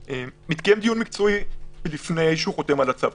מתקיים דיון מקצועי לפני שהוא חותם על הצו.